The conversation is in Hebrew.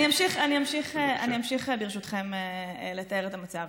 אני אמשיך ברשותכם לתאר את המצב.